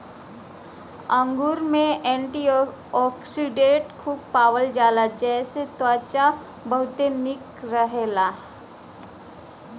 अंगूर में एंटीओक्सिडेंट खूब पावल जाला जेसे त्वचा बहुते निक रहेला